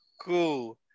cool